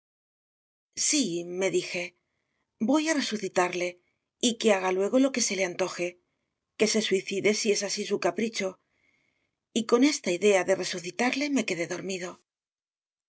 resucitaría síme dije voy a resucitarle y que haga luego lo que se le antoje que se suicide si es así su capricho y con esta idea de resucitarle me quedé dormido